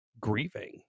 grieving